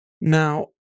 Now